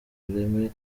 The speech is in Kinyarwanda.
ireme